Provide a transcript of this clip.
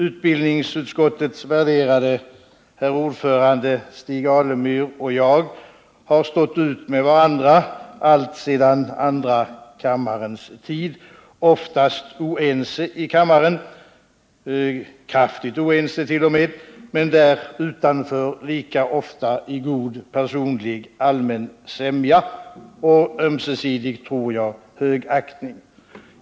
Utbildningsutskottets värderade herr ordförande Stig Alemyr och jag har stått ut med varandra alltsedan andra kammarens tid, oftast oense i kammaren, t.o.m. kraftigt oense, men där utanför lika ofta i god personlig allmän sämja och med ömsesidig, tror jag, högaktning.